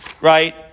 right